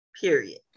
Period